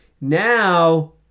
now